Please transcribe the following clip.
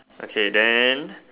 okay then